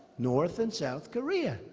north and south korea.